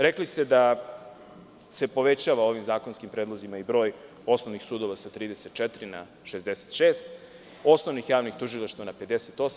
Rekli ste da se povećava ovim zakonskim predlozima broj osnovnih sudova sa 34 na 66, osnovnih javnih tužilaštava na 58.